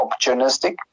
opportunistic